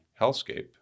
hellscape